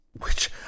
which